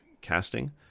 casting